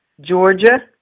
Georgia